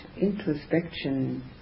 introspection